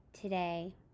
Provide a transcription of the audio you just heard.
today